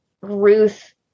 Ruth